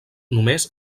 només